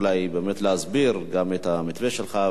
תהיה לך הזדמנות אולי באמת להסביר גם את המתווה שלך,